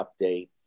update